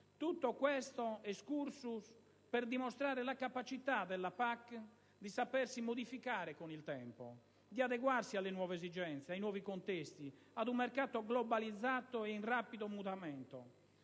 Tutto questo *excursus* per dimostrare la capacità della PAC di sapersi modificare con il tempo, di adeguarsi alle nuove esigenze, ai nuovi contesti, ad un mercato globalizzato e in rapido mutamento.